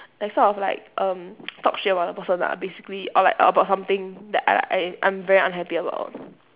like sort of like um talk shit about the person ah basically or like about something that I I I'm very unhappy about